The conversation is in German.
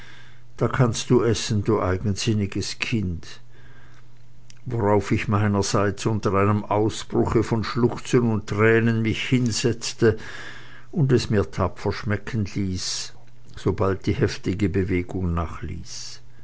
da kannst du essen du eigensinniges kind worauf ich meinerseits unter einem ausbruche von schluchzen und tränen mich hinsetzte und es mir tapfer schmecken ließ sobald die heftige bewegung nachließ